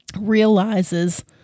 realizes